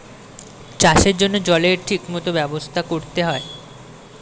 চাষের জন্য জলের ঠিক মত ব্যবস্থা করতে হয়